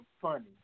funny